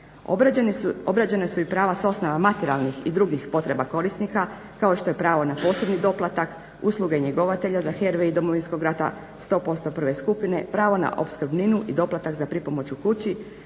Obrađena su i prava sa osnova materijalnih i drugih potreba korisnika kao što je pravo na posebni doplatak, usluge njegovatelja za HRVI Domovinskog rata 100% prve skupine, pravo na opskrbninu i doplatak za pripomoć u kući,